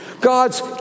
God's